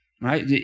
Right